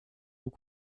aux